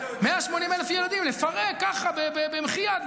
180,000 ילדים לפרק ככה במחי יד,